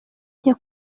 nke